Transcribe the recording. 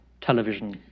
television